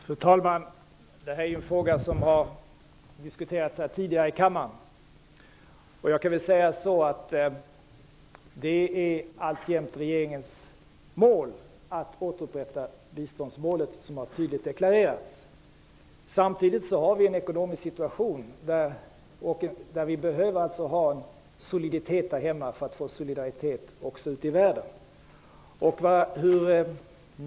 Fru talman! Denna fråga har diskuterats tidigare här i kammaren. Det är alltjämt regeringens inriktning att återupprätta biståndsmålet, som jag tydligt deklarerat. Samtidigt har vi en ekonomisk situation där vi här hemma behöver ha en soliditet för att kunna visa solidaritet ute i världen.